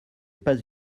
pas